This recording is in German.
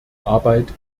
arbeit